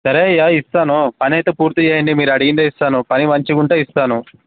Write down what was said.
సరే అయ్యా ఇస్తాను పని అయితే పూర్తి చేయండి మీరు అడిగిందే ఇస్తాను పని మంచిగా ఉంటే ఇస్తాను